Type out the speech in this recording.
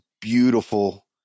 beautiful